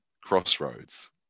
Crossroads